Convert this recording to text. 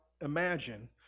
imagine